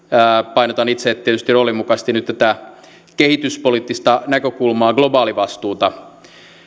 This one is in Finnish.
painotan itse tietysti roolini mukaisesti nyt tätä kehityspoliittista näkökulmaa globaalivastuuta